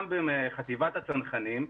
גם בחטיבת הצנחנים,